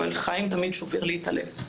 אבל חיים תמיד שובר לי את הלב.